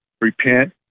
Repent